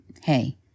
Hey